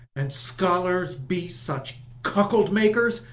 an scholars be such cuckold-makers,